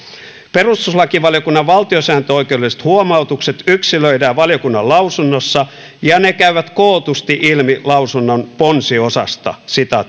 perustuslakivaliokunnan valtiosääntöoikeudelliset huomautukset yksilöidään valiokunnan lausunnossa ja ne käyvät kootusti ilmi lausunnon ponsiosasta